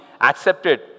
accepted